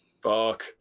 fuck